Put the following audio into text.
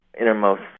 innermost